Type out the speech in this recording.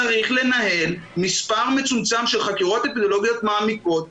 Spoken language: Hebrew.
צריך לנהל מס' מצומצם של חקירות אפידמיולוגיות מעמיקות,